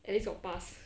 at least got pass